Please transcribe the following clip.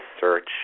search